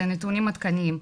זה נתונים עדכניים.